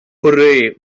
hooray